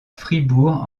fribourg